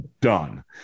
done